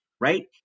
right